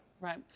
Right